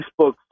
Facebook